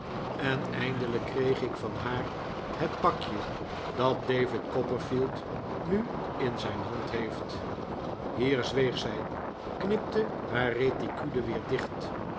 en eindelijk kreeg ik van haar het pakje dat david copperfield nu in zijn hand heeft hier zweeg zij knipte haar reticule weer dicht